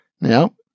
Now